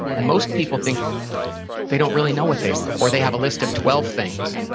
and most people think they don't really know what they are. or they have a list of twelve things,